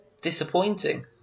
disappointing